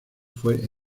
fue